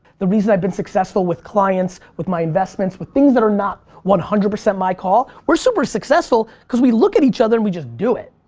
the reason i've been successful with clients, with my investments, with things that are not one hundred percent my call, we're super successful because we look at each other and we just do it.